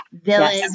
Village